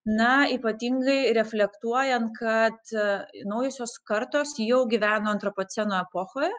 na ypatingai reflektuojant kad naujosios kartos jau gyveno anropoceno epochoje